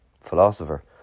philosopher